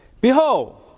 Behold